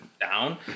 down